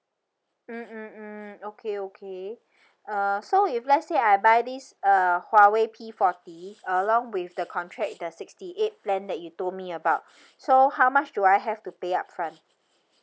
mm mm mm okay okay uh so if let's say I buy this uh Huawei P forty along with the contract the sixty eight plan that you told me about so how much do I have to pay upfront